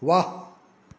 व्वा